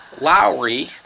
Lowry